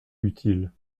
utile